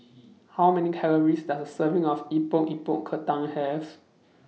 How Many Calories Does A Serving of Epok Epok Kentang Have